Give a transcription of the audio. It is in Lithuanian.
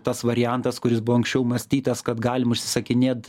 tas variantas kuris buvo anksčiau mąstytas kad galim užsisakinėt